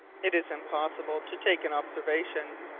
it is impossible to take an observation,